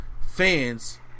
fans